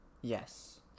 Yes